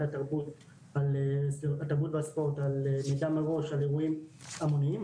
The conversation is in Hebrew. התרבות והספורט על אירועים המוניים,